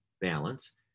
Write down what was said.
balance